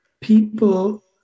people